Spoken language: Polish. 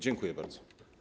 Dziękuję bardzo.